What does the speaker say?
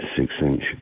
six-inch